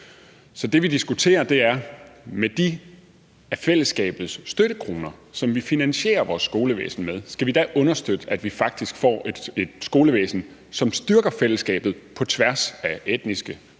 Så det, vi diskuterer, er, om vi med de af fællesskabets støttekroner, som vi finansierer vores skolevæsen med, da skal understøtte, at vi faktisk får et skolevæsen, som styrker fællesskabet på tværs af etnisk, kulturel